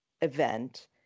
event